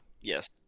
Yes